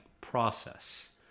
process